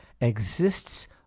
exists